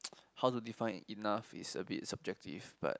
how to define enough is a bit subjective but